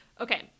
Okay